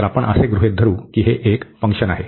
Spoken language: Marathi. तर आपण असे गृहित धरू की हे एक फंक्शन आहे